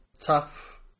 tough